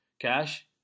Cash